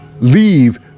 leave